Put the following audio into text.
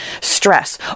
stress